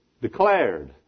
declared